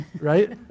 right